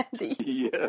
yes